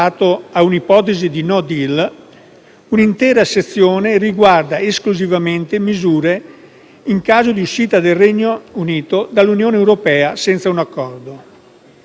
un'intera sezione riguarda esclusivamente misure in caso di uscita del Regno Unito dall'Unione europea senza un accordo. In particolare, tale sezione,